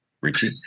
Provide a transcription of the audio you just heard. Richie